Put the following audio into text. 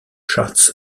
charts